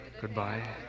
Goodbye